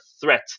threat